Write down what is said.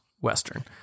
Western